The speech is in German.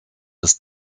des